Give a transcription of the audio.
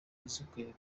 bazikuye